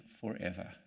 forever